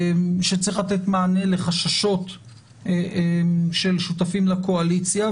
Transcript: שצריך לתת מענה לחששות של שותפים לקואליציה,